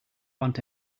want